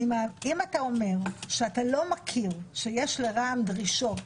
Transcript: אם אתה אומר שאתה לא מכיר שיש לרע"מ דרישות